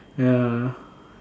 yeah